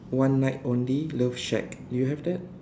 one night only love shack do you have that